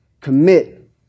commit